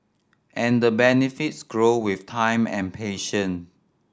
and the benefits grow with time and patience